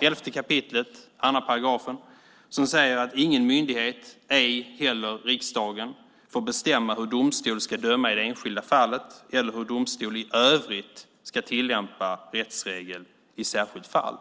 11 kap. 2 § regeringsformen säger: "Ingen myndighet, ej heller riksdagen, får bestämma, hur domstol skall döma i det enskilda fallet eller hur domstol i övrigt ska tillämpa rättsregel i särskilt fall."